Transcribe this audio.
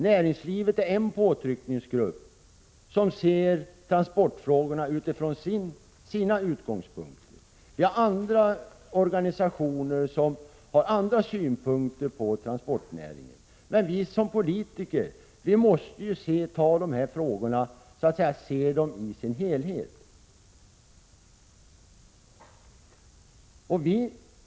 Näringslivet är en påtrycknings 67 grupp som ser transportfrågorna utifrån sina utgångspunkter, och det finns andra organisationer som har andra synpunkter på transportnäringen. Vi som politiker måste se allt som rör våra transporter som en helhet.